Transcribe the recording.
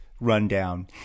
rundown